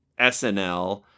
SNL